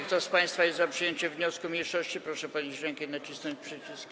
Kto z państwa jest za przyjęciem wniosku mniejszości, proszę podnieść rękę i nacisnąć przycisk.